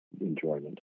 enjoyment